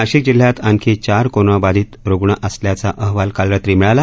नाशिक जिल्ह्यात आणखी चार कोरोना बाधीत रुग्ण असल्याचा अहवाल काल रात्री मिळाला